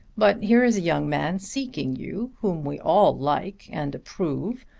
but here is a young man seeking you whom we all like and approve.